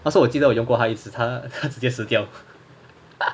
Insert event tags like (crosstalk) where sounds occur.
可是我记得我用过他一次他他直接死掉 (laughs)